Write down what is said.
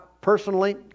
personally